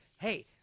Hey